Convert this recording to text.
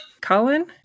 Colin